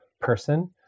person